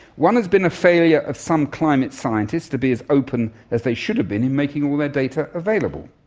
one has been a failure of some climate scientists to be as open as they should have been in making all their data available,